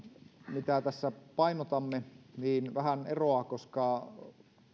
mitä tässä painotamme vähän eroaa koska